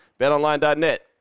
betonline.net